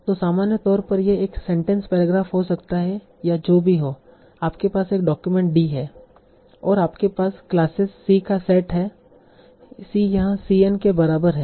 तो सामान्य तौर पर यह एक सेंटेंस पैराग्राफ हो सकता है या जो भी हो आपके पास एक डॉक्यूमेंट d है और आपके पास क्लासेज C का सेट है C यहाँ C n के बराबर है